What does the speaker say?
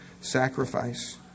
sacrifice